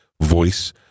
voice